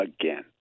again